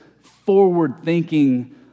forward-thinking